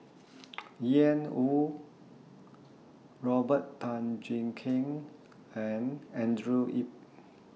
Ian Woo Robert Tan Jee Keng and Andrew Yip